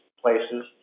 places